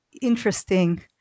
interesting